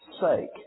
sake